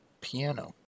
piano